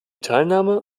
teilnahme